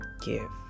give